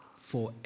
forever